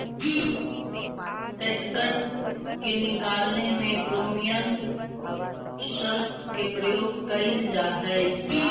catgut के निकालने में क्रोमियम सॉल्ट के प्रयोग कइल जा हई